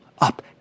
Up